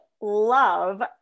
love